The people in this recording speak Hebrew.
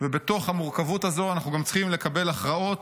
ובתוך המורכבות הזו אנחנו גם צריכים לקבל הכרעות,